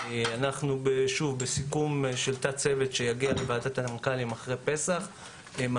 אנחנו בסיכום של תת-צוות שיגיע לוועדת המנכ"לים אחר פסח ולפיו